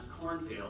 cornfield